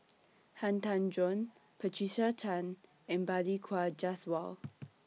Han Tan Juan Patricia Chan and Balli Kaur Jaswal